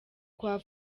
kwa